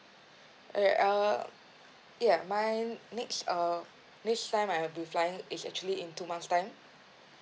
alright uh ya my next uh next time I'll be flying is actually in two months time